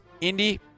Indy